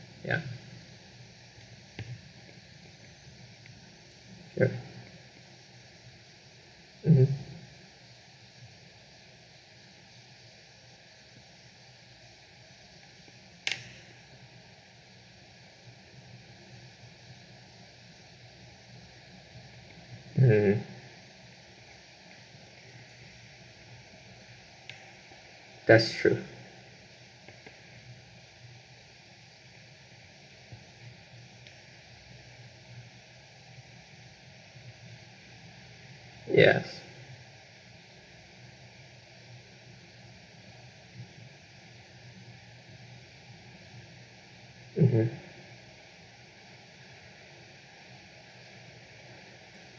ya ya mmhmm mmhmm that's true yes mmhmm